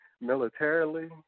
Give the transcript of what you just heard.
militarily